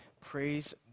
Praise